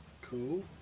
Cool